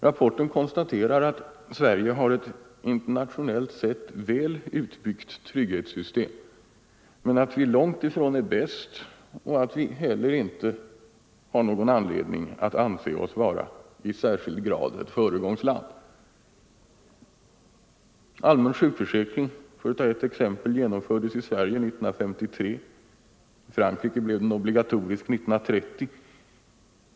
Rapporten konstaterar att Sverige har ett internationellt sett väl utbyggt trygghetssystem men att vi långt ifrån är bäst och att vi heller inte har någon anledning att anse oss vara i särskild grad ett föregångsland. Allmän sjukförsäkring — för att ta ett exempel — genomfördes i Sverige 1953. I Frankrike blev den obligatorisk 1930.